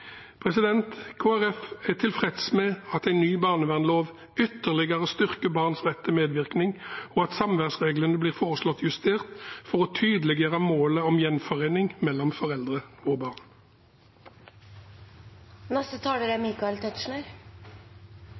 er tilfreds med at en ny barnevernslov ytterligere styrker barns rett til medvirkning, og at samværsreglene blir foreslått justert for å tydeliggjøre målet om gjenforening mellom foreldre og barn. Jeg har hørt på noen av innleggene. De er